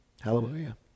Hallelujah